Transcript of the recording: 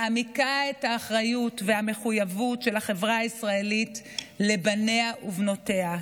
מעמיקות את האחריות והמחויבות של החברה הישראלית לבניה ובנותיה.